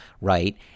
right